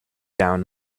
down